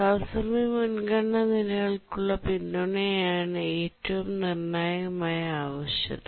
തത്സമയ മുൻഗണന നിലകൾക്കുള്ള പിന്തുണയാണ് ഏറ്റവും നിർണായകമായ ആവശ്യകത